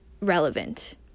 relevant